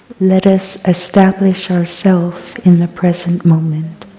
let us establish ourself in the present moment.